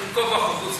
שבין כה וכה,